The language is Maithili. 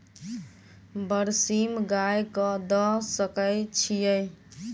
बरसीम गाय कऽ दऽ सकय छीयै?